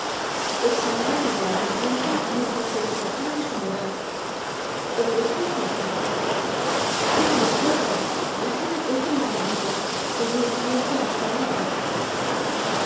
otro examináronle algun tiempo mientras se despojaba de su moral el huésped le dijo aquí teneis fuego la cena cuece en la marmita venid